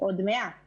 עוד מעט